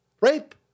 Rape